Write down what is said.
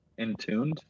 Intuned